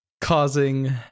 causing